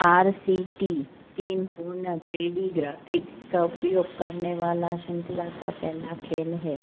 are C T तीन पूर्ण three D graphics का उपयोग करने वाला श्रृंखला का पहला खेल है